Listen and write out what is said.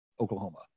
Oklahoma